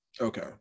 okay